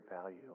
value